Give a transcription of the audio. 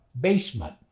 basement